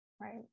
Right